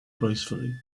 gracefully